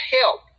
help